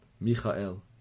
michael